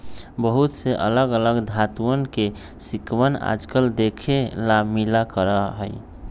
बहुत से अलग अलग धातुंअन के सिक्कवन आजकल देखे ला मिला करा हई